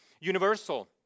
universal